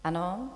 Ano.